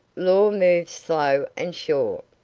law moves slow and sure.